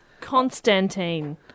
Constantine